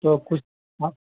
تو کچھ